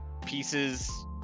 pieces